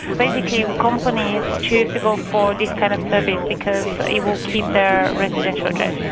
basically companies choose to go for this kind of service because it will keep their residential address